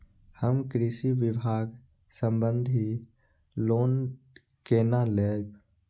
हम कृषि विभाग संबंधी लोन केना लैब?